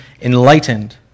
enlightened